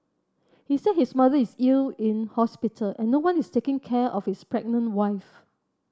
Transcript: he said his mother is ill in hospital and no one is taking care of his pregnant wife